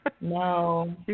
No